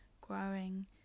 growing